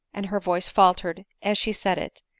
and her voice faltered as she said it,